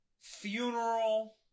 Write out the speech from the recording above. funeral